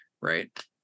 right